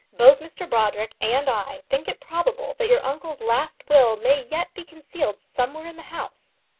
both mr brodrick and i think it probable that your uncle's last will may yet be concealed somewhere in the house.